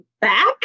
back